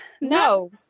No